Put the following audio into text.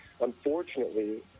unfortunately